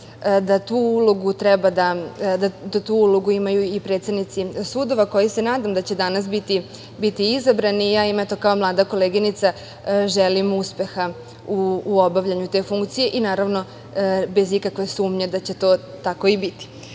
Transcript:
da imaju i predsednici sudova, koji se nadama se, da će danas biti izabrani. Kao mlada koleginica im želim uspeha u obavljanju te funkcije i naravno, bez ikakve sumnje da će to tako i biti. Što